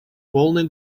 полной